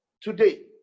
today